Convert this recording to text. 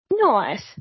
Nice